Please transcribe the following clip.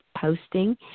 posting